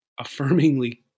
affirmingly